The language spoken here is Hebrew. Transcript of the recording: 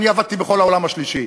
אני עבדתי בכל העולם השלישי,